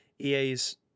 EA's